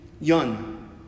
Yun